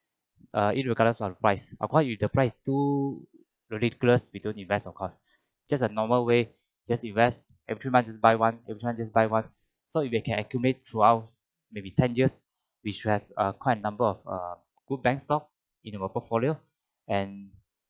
uh it regardless of the price of course if the price is too ridiculous we don't invest of course just a normal way just invest every three months just buy once every three months just buy once so you can accumulate throughout maybe ten years we share uh quite a number of err good bank stock in your portfolio and